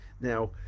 Now